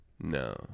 No